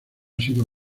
sido